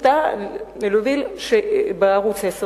לנו שני